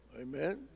amen